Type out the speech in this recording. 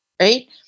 Right